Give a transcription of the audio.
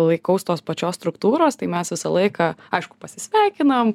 laikaus tos pačios struktūros tai mes visą laiką aišku pasisveikinam